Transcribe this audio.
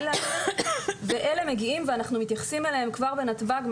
לעלות ואלה מגיעים ואנחנו מתייחסים אליהם כבר בנתב"ג,